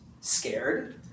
scared